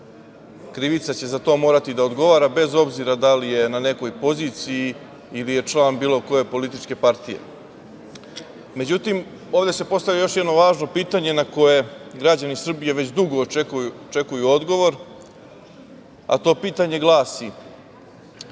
krivica, će morati da odgovara bez obzira da li je na nekoj poziciji ili je član bilo koje političke partije.Međutim, ovde se postavlja još jedno važno pitanje na koje građani Srbije već dugo očekuju odgovor, a to pitanje glasi